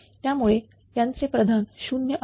त्यामुळे त्यांचे प्रधान 0 आहेत